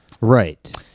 Right